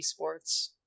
esports